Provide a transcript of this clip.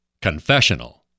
Confessional